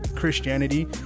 Christianity